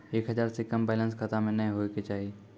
एक हजार से कम बैलेंस खाता मे नैय होय के चाही